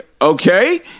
okay